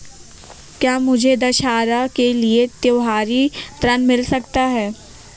क्या मुझे दशहरा के लिए त्योहारी ऋण मिल सकता है?